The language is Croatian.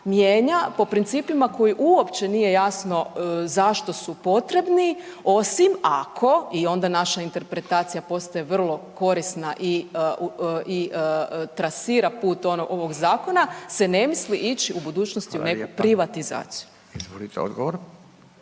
mijenja po principima koji uopće nije jasno zašto su potrebni osim ako i onda naša interpretacija postaje vrlo korisna i trasira put ovog zakona se ne misli ići u budućnosti u neku …/Upadica: Hvala